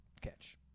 catch